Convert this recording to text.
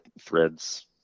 Threads